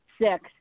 six